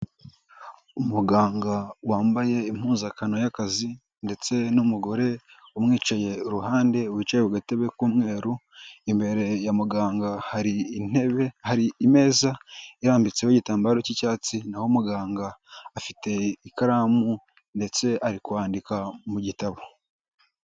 Umuganga wambaye impuzankano y'akazi ndetse n'umugore umwicaye iruhande wicaye kugatebe k'umweru, imbere ya muganga hari intebe, hari ameza irambitseho igitambaro cy'icyatsi, naho muganga afite ikaramu ndetse ari kwandika mu gitabo.